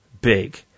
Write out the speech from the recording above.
big